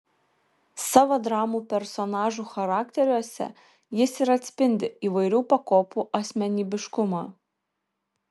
savo dramų personažų charakteriuose jis ir atspindi įvairių pakopų asmenybiškumą